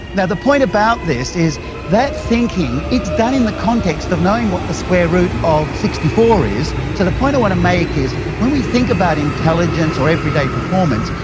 the point about this is that thinking, it's that in the context of knowing what the square root of sixty four is, so the point i want to make is when we think about intelligence or everyday performance,